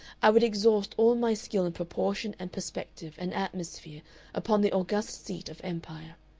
i would exhaust all my skill in proportion and perspective and atmosphere upon the august seat of empire,